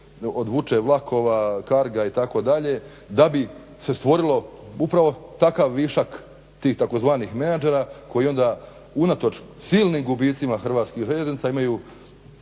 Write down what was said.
od vuče vlakova, carga itd., da bi se stvorilo upravo takav višak tih tzv. menadžera koji onda unatoč silnim gubicima Hrvatskih željeznica imaju